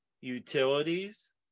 utilities